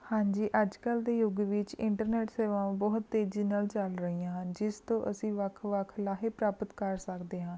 ਹਾਂਜੀ ਅੱਜ ਕੱਲ੍ਹ ਦੇ ਯੁੱਗ ਵਿੱਚ ਇੰਟਰਨੈੱਟ ਸੇਵਾਵਾਂ ਬਹੁਤ ਤੇਜੀ ਨਾਲ ਚੱਲ ਰਹੀਆਂ ਹਨ ਜਿਸ ਤੋਂ ਅਸੀਂ ਵੱਖ ਵੱਖ ਲਾਹੇ ਪ੍ਰਾਪਤ ਕਰ ਸਕਦੇ ਹਾਂ